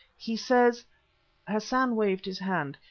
he says hassan waved his hand.